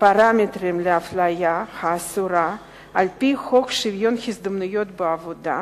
פרמטרים לאפליה האסורה על-פי חוק שוויון ההזדמנויות בעבודה,